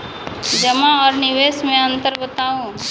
जमा आर निवेश मे अन्तर बताऊ?